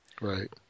Right